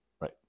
Right